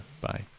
Bye